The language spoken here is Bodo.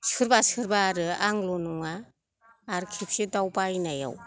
सोरबा सोरबा आरो आंल' नङा आरो खेबसे दाव बायनायाव